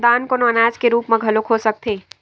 दान कोनो अनाज के रुप म घलो हो सकत हे